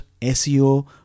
SEO